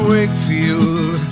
Wakefield